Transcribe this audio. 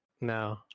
No